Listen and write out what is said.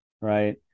right